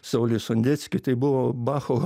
sauliui sondeckiui tai buvo bacho